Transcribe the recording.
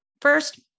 First